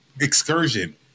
excursion